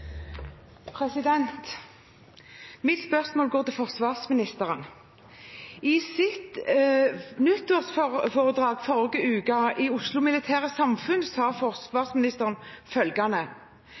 Mitt spørsmål går til forsvarsministeren. I sitt nyttårsforedrag forrige uke i Oslo Militære Samfund sa